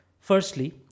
Firstly